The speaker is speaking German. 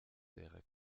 wäre